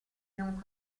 non